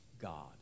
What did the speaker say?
God